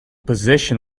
position